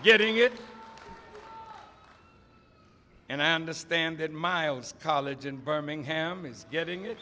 getting it and i understand that miles college in birmingham is getting it